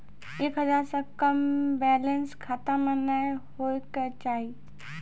एक हजार से कम बैलेंस खाता मे नैय होय के चाही